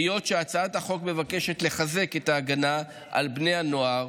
היות שהצעת החוק מבקשת לחזק את ההגנה על בני הנוער,